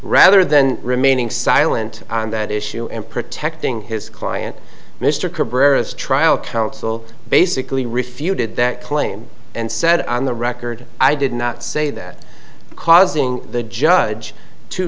rather than remaining silent on that issue and protecting his client mr cabrera's trial counsel basically refuted that claim and said on the record i did not say that causing the judge to